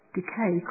Decay